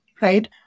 right